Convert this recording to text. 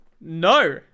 No